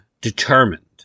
determined